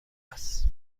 است